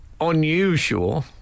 unusual